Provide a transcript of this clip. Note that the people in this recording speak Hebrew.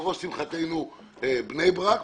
על ראש שמחתנו בני ברק,